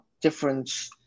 different